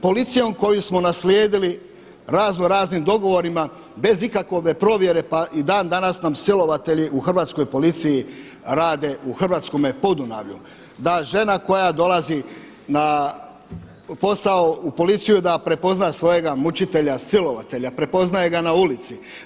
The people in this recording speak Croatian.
Policijom koju smo naslijedili raznoraznim dogovorima bez ikakve provjere pa i dan danas silovatelji u Hrvatskoj policiji rade u hrvatskome Podunavlju da žena koja dolazi u policiju da prepozna svojega mučitelja silovatelja prepoznaje ga na ulici.